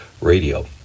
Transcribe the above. Radio